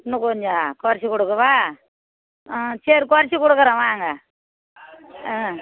இன்னும் கொஞ்சம் கொறச்சு கொடுக்கவா ஆ சரி கொறச்சு கொடுக்குறேன் வாங்க ஆ